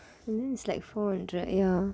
and then it's like four hundred ya